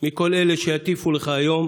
מכל אלה שיטיפו לך היום,